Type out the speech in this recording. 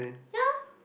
ya